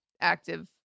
active